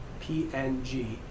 PNG